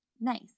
Nice